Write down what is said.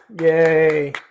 Yay